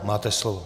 Máte slovo.